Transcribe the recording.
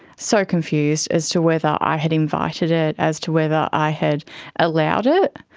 so confused as to whether i had invited it, as to whether i had allowed it,